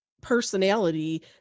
personality